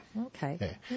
Okay